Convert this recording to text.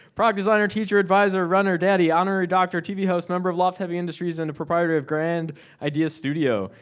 prop designer, teacher, advisor, runner, daddy, honorary doctor, tv host, member of loft heavy industries, and the propriety of grand idea studio.